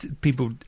people